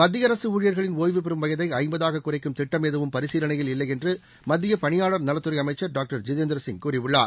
மத்திய அரசு ஊழியர்களின் ஓய்வு பெறும் வயதை ஐம்பதாக குறைக்கும் திட்டம் எதுவும் பரிசீலனையில் இல்லை என்று மத்திய பணியாளர் நலத்துறை அமைச்சர் டாக்டர் ஜிதேந்திரசிங் கூறியுள்ளார்